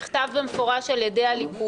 מספיק.